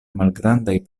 malgrandaj